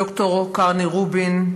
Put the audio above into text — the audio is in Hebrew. ד"ר קרני רובין,